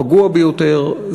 הפגוע ביותר,